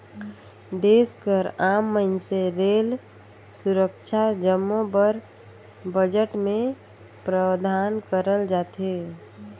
देस कर आम मइनसे रेल, सुरक्छा जम्मो बर बजट में प्रावधान करल जाथे